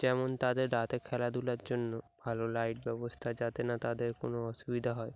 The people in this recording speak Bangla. যেমন তাদের রাতে খেলাধুলার জন্য ভালো লাইট ব্যবস্থা যাতে না তাদের কোনো অসুবিধা হয়